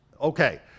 okay